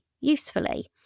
usefully